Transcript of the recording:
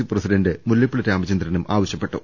C president Mullappally രാമചന്ദ്രനും ആവശ്യപ്പെട്ടു